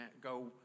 go